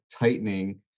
tightening